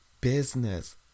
business